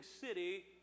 city